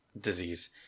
disease